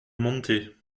montées